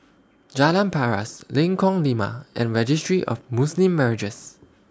Jalan Paras Lengkong Lima and Registry of Muslim Marriages